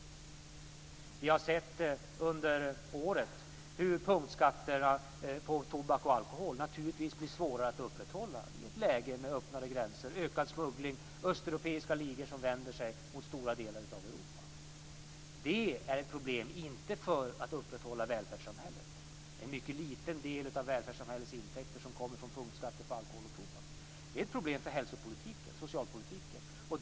Vi har sett under året hur punktskatterna på tobak och alkohol naturligtvis blir svårare att upprätthålla i ett läge med öppnare gränser, ökad smuggling och östeuropeiska ligor som vänder sig mot stora delar av Europa. Det är inte ett problem för att upprätthålla välfärdssamhället. En mycket liten del av välfärdssamhällets intäkter kommer från punktskatter på alkohol och tobak. Det är ett problem för hälsopolitiken och socialpolitiken.